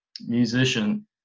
musician